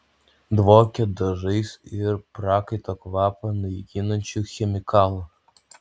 dvokė dažais ir prakaito kvapą naikinančiu chemikalu